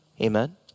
Amen